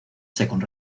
second